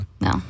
No